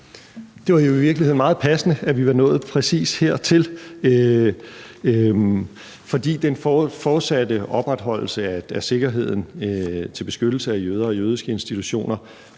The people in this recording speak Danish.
Det var jo i virkeligheden meget passende, at vi var nået præcis hertil, for den fortsatte opretholdelse af sikkerheden til beskyttelse af jøder og jødiske institutioner